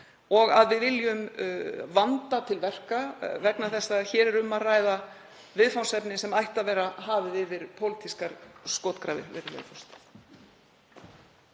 og að við viljum vanda til verka. Hér er um að ræða viðfangsefni sem ætti að vera hafið yfir pólitískar skotgrafir,